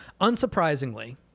unsurprisingly